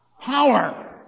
power